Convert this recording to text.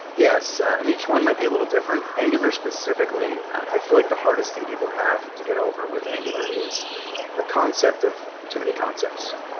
yes. and each one might be a little different. angular specifically, specifically, i feel like the hardest thing people have to get over with angular is the concept of too many concepts.